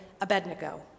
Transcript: Abednego